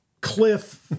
cliff